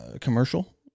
commercial